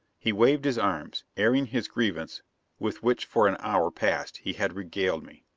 he waved his arms, airing his grievance with which for an hour past he had regaled me.